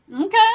Okay